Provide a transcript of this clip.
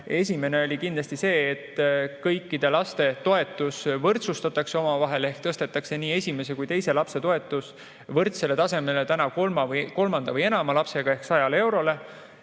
Esimene oli see, et kõikide laste toetus võrdsustataks ehk tõstetaks nii esimese kui teise lapse toetus võrdsele tasemele kolmanda või enama lapsega ehk 100 eurole.